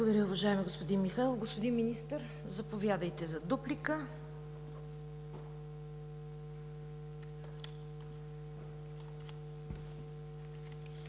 Благодаря, уважаеми господин Михайлов. Господин Министър, заповядайте за дуплика.